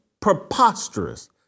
preposterous